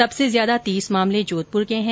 सब से ज्यादा तीस मामले जोधप्र के है